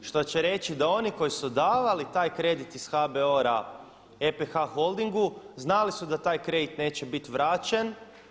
Što će reći da oni koji su davali kredit iz HBORa- EPH Holdingu znali su da taj kredit neće biti vraćen.